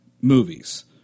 movies